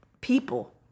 people